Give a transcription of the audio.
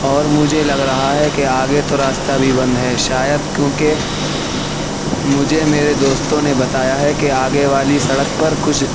اور مجھے لگ رہا ہے کہ آگے تو راستہ بھی بند ہے شاید کیونکہ مجھے میرے دوستوں نے بتایا ہے کہ آگے والی سڑک پر کچھ